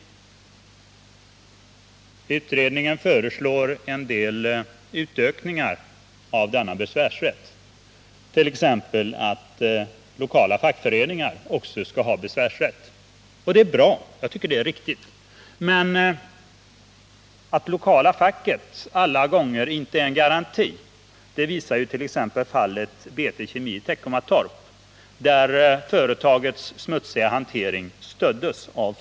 Utredningen föreslår en del utökningar av denna besvärsrätt, t.ex. att också lokala fackföreningar skall ha besvärsrätt. Detta tycker jag är bra och riktigt. Men att det lokala facket alla gånger inte är någon garanti visar fallet BT Kemi i Teckomatorp, där företagets smutsiga hantering stöddes av facket.